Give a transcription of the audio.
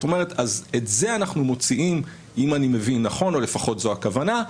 אם אני מבין נכון את זה אנחנו מוציאים או לפחות זו הכוונה,